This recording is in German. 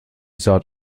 saat